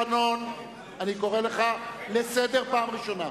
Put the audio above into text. אני קורא לך לסדר פעם ראשונה.